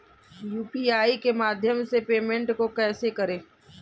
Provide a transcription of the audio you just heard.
UPI के माध्यम से पेमेंट को कैसे करें?